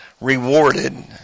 rewarded